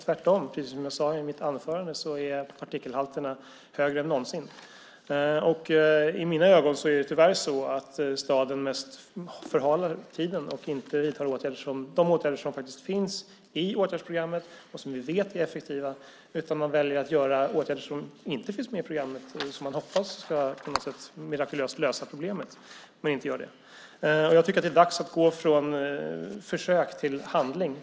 Tvärtom, precis som jag sade i mitt anförande, är partikelhalterna högre än någonsin. I mina ögon är det tyvärr så att staden mest förhalar och inte vidtar de åtgärder som faktiskt finns i åtgärdsprogrammet och som vi vet är effektiva. I stället väljer man att vidta åtgärder som inte finns med i programmet och som man på något mirakulöst hoppas ska kunna lösa problemet men som inte gör det. Jag tycker att det är dags att gå från försök till handling.